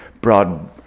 broad